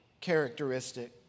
characteristic